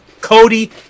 Cody